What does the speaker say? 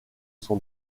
son